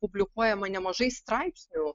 publikuojama nemažai straipsnių